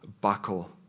buckle